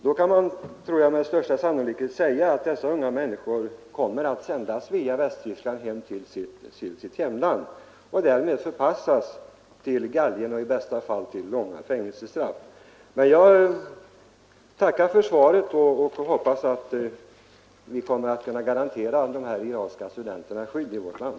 Då kan man med största sannolikhet säga att dessa unga människor kommer att sändas via Västtyskland till sitt hemland och därmed förpassas till galgen eller i bästa fall få långa fängelsestraff. Jag tackar emellertid för svaret och hoppas att vi skall kunna garantera de iranska studenterna skydd i vårt land.